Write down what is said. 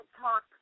talk –